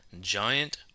giant